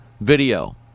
video